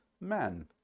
men